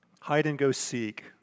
hide-and-go-seek